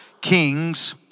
Kings